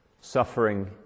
suffering